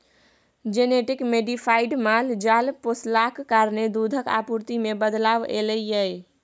genetic modified माल जाल पोसलाक कारणेँ दुधक आपुर्ति मे बदलाव एलय यै